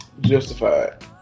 Justified